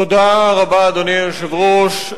אדוני היושב ראש,